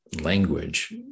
language